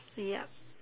yup